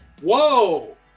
Whoa